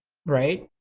right?